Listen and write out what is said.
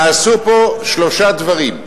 נעשו פה שלושה דברים: